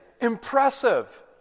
Impressive